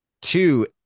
Two